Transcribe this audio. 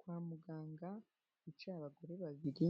Kwa muganga bicaye abagore babiri,